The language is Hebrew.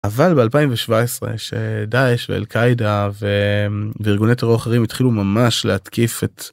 אבל ב2017 יש דאעש ואלקאעידה וארגוני טרור אחרים התחילו ממש להתקיף את